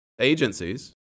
agencies